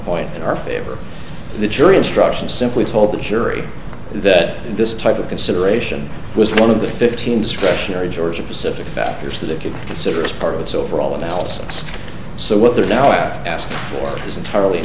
point in our favor the jury instructions simply told the jury that this type of consideration was one of the fifteen discretionary georgia pacific factors that it could consider as part of its overall analysis so what they're now asked for is entirely